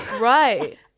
right